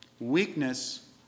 Weakness